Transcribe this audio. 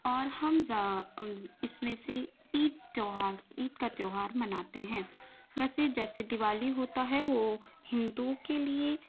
اور ہم اس میں سے عید تیوہار عید کا تیوہار مناتے ہیں ویسے جیسے دیوالی ہوتا ہے وہ ہندوؤں کے لیے